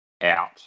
out